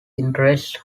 interests